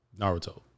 Naruto